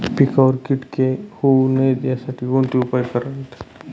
पिकावर किटके होऊ नयेत यासाठी कोणते उपाय करावेत?